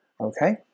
Okay